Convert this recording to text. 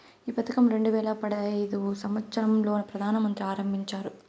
ఈ పథకం రెండు వేల పడైదు సంవచ్చరం లో ప్రధాన మంత్రి ఆరంభించారు